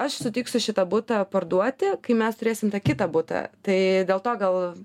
aš sutiksiu šitą butą parduoti kai mes turėsim tą kitą butą tai dėl to gal